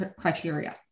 criteria